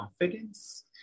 confidence